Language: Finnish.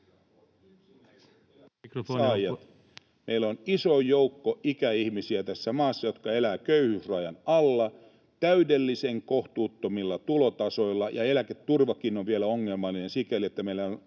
maassa iso joukko ikäihmisiä, jotka elävät köyhyysrajan alla täydellisen kohtuuttomilla tulotasoilla. Ja eläketurvakin on vielä ongelmallinen sikäli, että meillä on